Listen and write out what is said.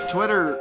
Twitter